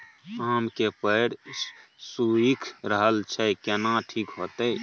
आम के पेड़ सुइख रहल एछ केना ठीक होतय?